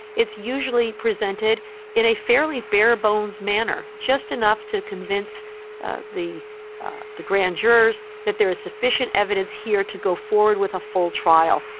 it's usually presented in a fairly bare bones manner, just enough to convince the the grand jurors that there is sufficient evidence here to go forward with a full trial.